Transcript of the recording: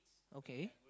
okay